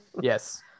yes